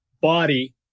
body